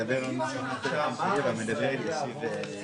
זה עדיין נשאר 8. זאת לא תעסוקה.